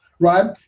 Right